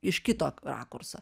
iš kito rakurso